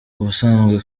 ubusanzwe